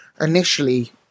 initially